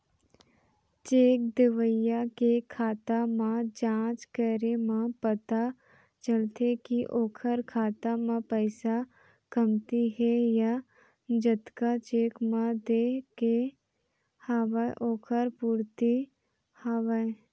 cheque देवइया के खाता म जाँच करे म पता चलथे के ओखर खाता म पइसा कमती हे या जतका चेक म देय के हवय ओखर पूरति हवय